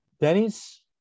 Denny's